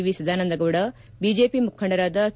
V Sadananda Gowda BJP ಮುಖಂಡರಾದ K